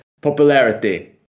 popularity